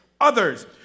others